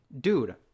Dude